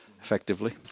effectively